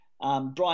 Brian